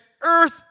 earth